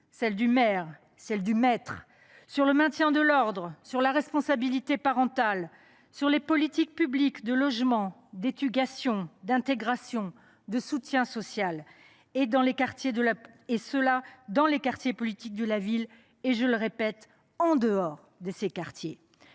police, du maire ou du maître, sur le maintien de l’ordre, sur la responsabilité parentale, sur les politiques publiques de logement, d’éducation, d’intégration et de soutien social dans les quartiers de la politique de la ville et, je le répète, en dehors de ces quartiers.